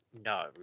no